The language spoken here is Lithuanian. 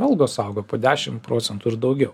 algos augo po dešim procentų ir daugiau